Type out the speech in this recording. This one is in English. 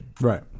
Right